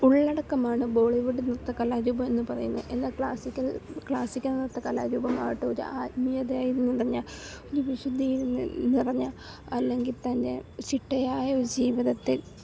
ഉള്ളടക്കമാണ് ബോളിവുഡ് നൃത്ത കലാരൂപം എന്ന് പറയുന്നത് എന്നാൽ ക്ലാസ്സിക്കൽ ക്ലാസ്സിക്കൽ നൃത്ത കലാരൂപമാവട്ടെ ഒരു ആത്മീയതയിൽ നിറഞ്ഞ ഒരു വിശുദ്ധിയിൽ നിറഞ്ഞ അല്ലെങ്കിൽ തന്നെ ചിട്ടയായ ഒരു ജീവിതത്തിൽ